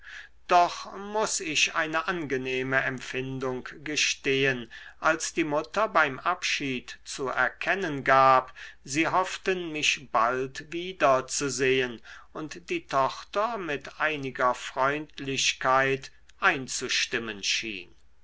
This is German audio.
doch muß ich eine angenehme empfindung gestehen als die mutter beim abschied zu erkennen gab sie hofften mich bald wieder zu sehen und die tochter mit einiger freundlichkeit einzustimmen schien